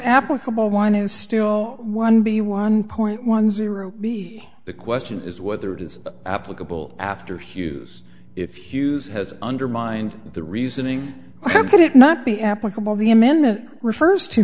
applicable one is still one b one point one zero be the question is whether it is applicable after hughes if hughes has undermined the reasoning could it not be applicable the amendment refers to